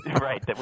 Right